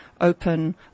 open